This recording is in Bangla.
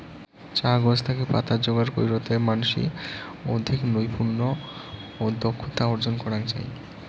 চা গছ থাকি পাতা যোগার কইরতে মানষি অধিক নৈপুণ্য ও দক্ষতা অর্জন করাং চাই